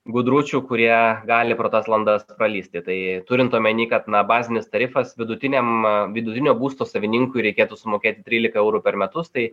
gudručių kurie gali pro tas landas pralįsti tai turint omeny kad na bazinis tarifas vidutiniam vidutinio būsto savininkui reikėtų sumokėti trylika eurų per metus tai